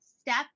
step